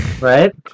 Right